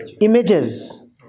images